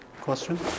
Question